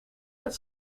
het